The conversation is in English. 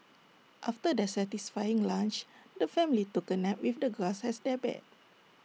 after their satisfying lunch the family took A nap with the grass as their bed